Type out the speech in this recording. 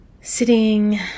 Sitting